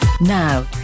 Now